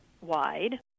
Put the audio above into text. wide